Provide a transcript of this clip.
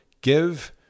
give